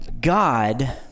God